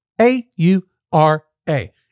A-U-R-A